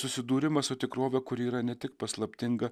susidūrimas su tikrove kuri yra ne tik paslaptinga